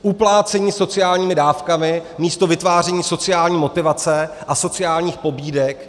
Uplácení sociálními dávkami místo vytváření sociální motivace a sociálních pobídek.